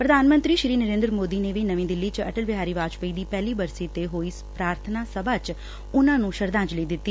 ਪ੍ਰਧਾਨ ਮੰਤਰੀ ਨਰੇਂਦਰ ਮੋਦੀ ਨੇ ਵੀ ਨਵੀਂ ਦਿੱਲੀ ਚ ਅਟਲ ਬਿਹਾਰੀ ਵਾਜਪੇਈ ਦੀ ਪਹਿਲੀ ਬਰਸੀ ਤੇ ਹੋਈ ਪ੍ਰਾਰਥਨਾ ਸਭਾ ਚ ਉਨ੍ਹਾਂ ਨੂੰ ਸ਼ਰਧਾਂਜਲੀ ਦਿੱਤੀ